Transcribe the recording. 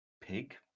pig